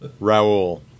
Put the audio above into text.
Raul